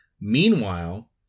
meanwhile